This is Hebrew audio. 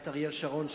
את אריאל שרון,